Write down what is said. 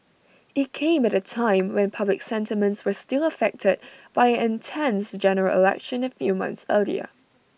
IT came at A time when public sentiments were still affected by an intense General Election A few months earlier